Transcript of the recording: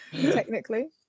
technically